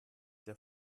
der